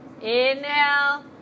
Inhale